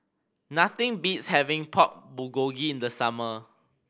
nothing beats having Pork Bulgogi in the summer